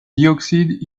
dioxide